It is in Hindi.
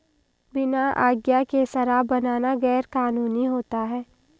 बिना आज्ञा के शराब बनाना गैर कानूनी होता है